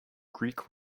greek